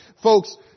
folks